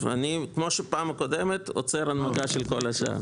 כמו הפעם הקודמת, אני עוצר הנמקה של כל השאר.